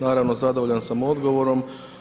Naravno, zadovoljan sam odgovorom.